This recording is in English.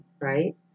right